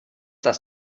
das